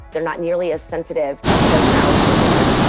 they're not nearly as sensitive to those sounds anymore.